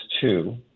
two